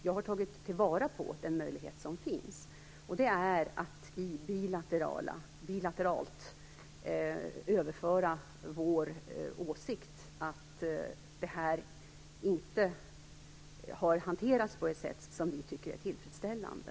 Jag har tagit till vara den möjlighet som finns, nämligen att bilateralt överföra vår åsikt att det här inte har hanterats på ett sätt som vi tycker är tillfredsställande.